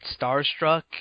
starstruck